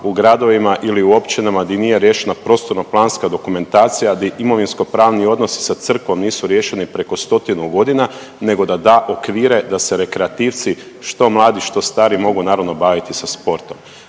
u gradovima ili u općinama di nije riješena prostorno-planska dokumentacija, di imovinsko pravni odnosi sa Crkvom nisu riješeni preko stotinu godina, nego da da okvire da se rekreativci, što mladi, što stari, mogu naravno, baviti sa sportom.